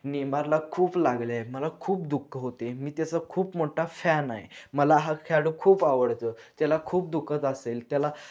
नेमारला खूप लागले आहे मला खूप दुःख होते मी त्याचा खूप मोठा फॅन आहे मला हा खेळाडू खूप आवडतो त्याला खूप दुखत असेल त्याला